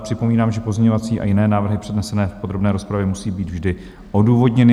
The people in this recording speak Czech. Připomínám, že pozměňovací a jiné návrhy přednesené v podrobné rozpravě musí být vždy odůvodněny.